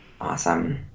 awesome